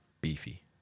beefy